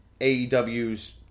AEW's